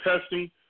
testing